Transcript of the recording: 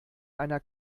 einer